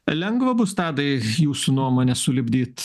lengva bus tadai jūsų nuomone sulipdyt